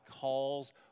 calls